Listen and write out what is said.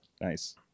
Nice